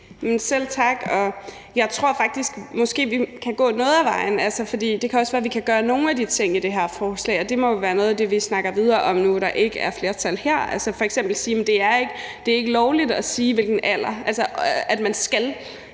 Selv tak, og jeg tror faktisk, at vi måske kan gå noget af vejen. Det kan være, at vi kan gøre nogle af tingene i det her forslag, og det må være noget af det, vi snakker videre om, nu, hvor der ikke er flertal her, altså f.eks. at sige, at det ikke er lovligt at sige, at man skal